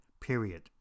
period